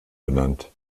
benannt